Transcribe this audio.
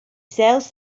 sells